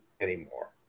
anymore